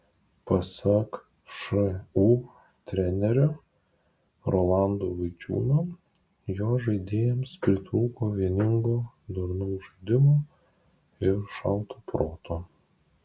pasak šu trenerio rolando vaičiūno jo žaidėjams pritrūko vieningo darnaus žaidimo ir šalto proto